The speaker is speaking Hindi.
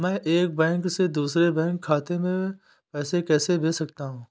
मैं एक बैंक से दूसरे बैंक खाते में पैसे कैसे भेज सकता हूँ?